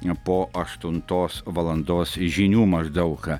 po aštuntos valandos žinių maždaug